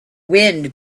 wind